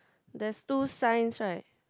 there's two signs right